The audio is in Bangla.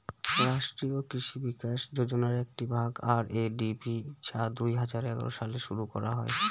রাষ্ট্রীয় কৃষি বিকাশ যোজনার একটি ভাগ আর.এ.ডি.পি যা দুই হাজার এগারো সালে শুরু করা হয়